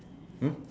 mm